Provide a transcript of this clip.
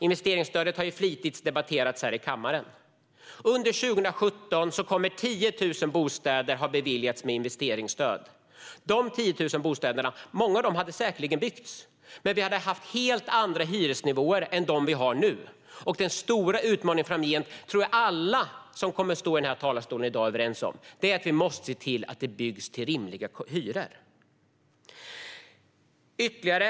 Investeringsstödet har ju debatterats flitigt här i kammaren. Under 2017 kommer 10 000 bostäder att ha beviljats investeringsstöd. Många av dessa bostäder hade säkerligen byggts ändå, men vi hade haft helt andra hyresnivåer än de vi har nu. Jag tror att alla som kommer att stå i denna talarstol i dag är överens om att den stora utmaningen framgent är att vi måste se till att hyrorna är rimliga i samband med att det byggs.